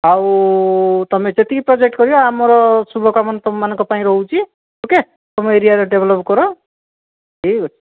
ଆଉ ତୁମେ ଯେତିକି ପ୍ରୋଜେକ୍ଟ କରିବ ଆମର ଶୁଭକାମନା ତୁମମାନଙ୍କ ପାଇଁ ରହୁଛି ଓକେ ତୁମ ଏରିଆରେ ଡେଭେଲପ କର ଠିକ୍ ଅଛି